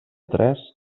tres